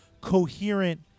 coherent